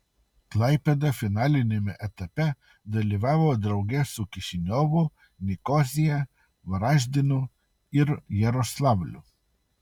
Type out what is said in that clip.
klaipėda finaliniame etape dalyvavo drauge su kišiniovu nikosija varaždinu ir jaroslavliu